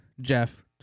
jeff